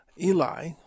Eli